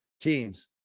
teams